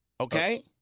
Okay